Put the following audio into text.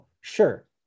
sure